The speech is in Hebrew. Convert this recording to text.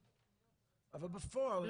לא, אני רוצה להסביר -- לא, בפועל,